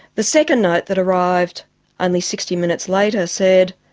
the second note that arrived only sixty minutes later said,